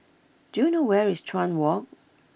do you know where is Chuan Walk